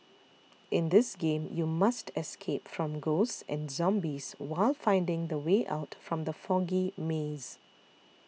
in this game you must escape from ghosts and zombies while finding the way out from the foggy maze